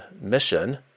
mission